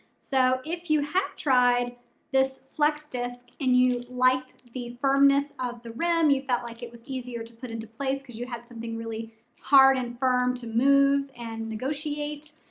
so if you have tried this flex disc and you liked the firmness of the rim, you felt like it was easier to put into place cause you had something really hard and firm to move and negotiate